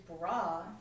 bra